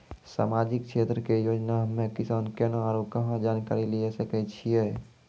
समाजिक क्षेत्र के योजना हम्मे किसान केना आरू कहाँ जानकारी लिये सकय छियै?